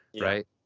right